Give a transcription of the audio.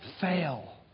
fail